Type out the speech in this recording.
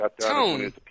Tone